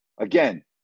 Again